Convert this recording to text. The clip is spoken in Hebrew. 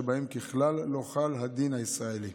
שבהם ככלל לא חל הדין הישראלי.